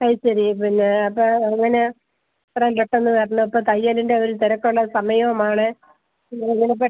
അത് ശരി പിന്നെ അപ്പോൾ അങ്ങനെ എത്രയും പെട്ടെന്ന് തരണം ഇപ്പോൾ തയ്യലിൻ്റെ ഒരു തിരക്കുള്ള സമയവുമാണ് നിങ്ങൾ ഇങ്ങനെ പെ